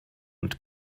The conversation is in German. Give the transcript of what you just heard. und